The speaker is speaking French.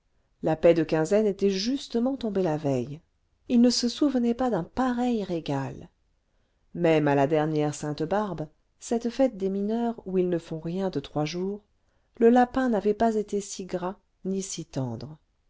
la paie de quinzaine était justement tombée la veille ils ne se souvenaient pas d'un pareil régal même à la dernière sainte barbe cette fête des mineurs où ils ne font rien de trois jours le lapin n'avait pas été si gras ni